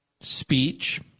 speech